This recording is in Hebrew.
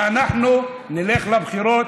ואנחנו נלך לבחירות.